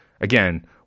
again